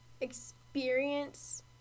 experience